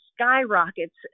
skyrockets